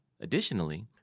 Additionally